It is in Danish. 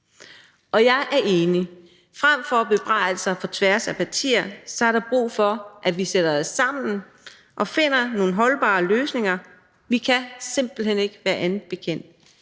Jeg er enig. Frem for bebrejdelser på tværs af partier er der brug for, at vi sætter os sammen og finder nogle holdbare løsninger – vi kan simpelt hen ikke være andet bekendt.